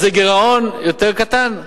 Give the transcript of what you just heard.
אז הגירעון יותר קטן?